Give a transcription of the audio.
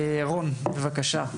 רון, בבקשה.